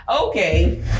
okay